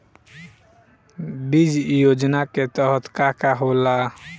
बीज योजना के तहत का का होला?